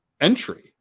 entry